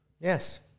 Yes